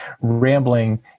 rambling